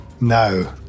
no